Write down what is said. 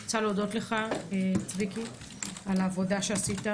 אני רוצה להודות לצביקי טסלר על העבודה שעשית,